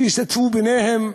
שישתתפו ביניהם,